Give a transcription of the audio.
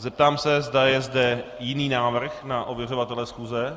Zeptám se, zda je zde jiný návrh na ověřovatele schůze.